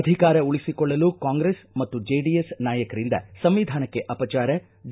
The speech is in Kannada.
ಅಧಿಕಾರ ಉಳಿಸಿಕೊಳ್ಳಲು ಕಾಂಗ್ರೆಸ್ ಮತ್ತು ಜೆಡಿಎಸ್ ನಾಯಕರಿಂದ ಸಂವಿಧಾನಕ್ಕೆ ಅಪಚಾರ ಡಿ